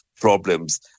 problems